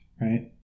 right